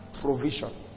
provision